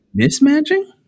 mismatching